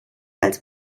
als